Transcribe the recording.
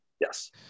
Yes